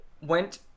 went